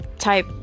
type